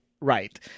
right